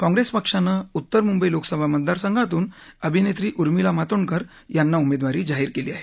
काँग्रेस पक्षानं उत्तर मुंबई लोकसभा मतदार संघातून अभिनेत्री उर्मिला मातोंडकर यांना उमेदवारी जाहीर केली आहे